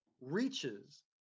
reaches